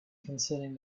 concerning